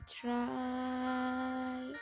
try